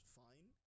fine